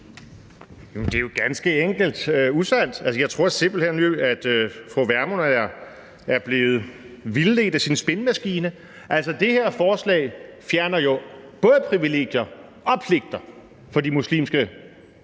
Det er jo ganske enkelt usandt. Jeg tror simpelt hen, at fru Pernille Vermund er blevet vildledt af sin spinmaskine. Altså, det her forslag fjerner jo både privilegier og pligter for de muslimske